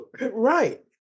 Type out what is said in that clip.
Right